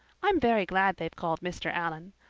i'm very glad they've called mr. allan.